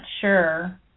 sure